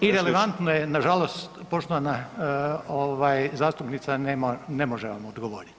Irelevantno je nažalost poštovana ovaj zastupnica ne može vam odgovorit.